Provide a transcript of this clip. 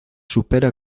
supera